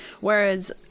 whereas